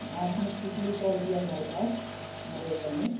आपने किस लिए कॉल किया है हमारे पास हमारे होटल में